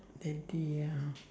the day ah